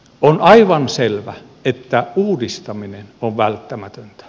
on aivan selvä että uudistaminen on välttämätöntä